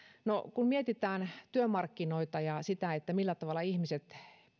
no kun mietitään työmarkkinoita ja sitä että millä tavalla ihmiset